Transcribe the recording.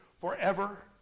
forever